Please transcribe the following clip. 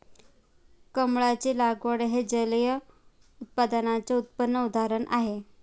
कमळाची लागवड हे जलिय उत्पादनाचे उत्तम उदाहरण आहे